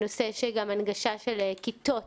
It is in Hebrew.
גם הנושא של הנגשה של כיתות